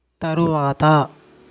తరువాత